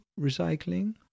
recycling